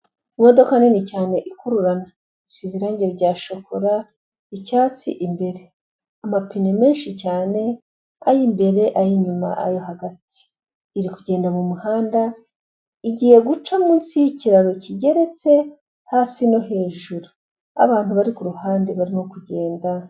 Imodoka nini cyane ikururana isize irange rya shokora, icyatsi imbere, amapine menshi cyane ay'imbere, ay'inyuma, ayo hagati iri kugenda mu muhanda igiye guca munsi y'ikiraro kigeretse hasi no hejuru abantu bari ku ruhande barimo kugenda.